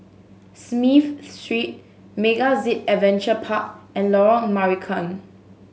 Smith Street MegaZip Adventure Park and Lorong Marican